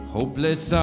Hopeless